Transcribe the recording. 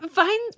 Find